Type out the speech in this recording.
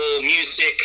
music